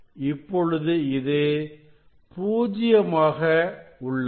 இப்பொழுது இது பூஜ்யமாக உள்ளது